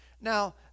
Now